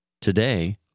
Today